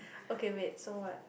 okay wait so what